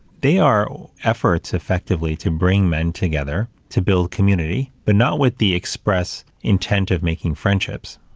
they are efforts, effectively, to bring men together to build community, but not with the express intent of making friendships.